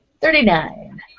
Thirty-nine